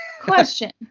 Question